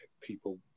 people